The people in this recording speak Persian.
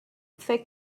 فکر